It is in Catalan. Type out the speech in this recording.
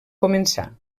començar